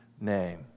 name